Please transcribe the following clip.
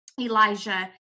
Elijah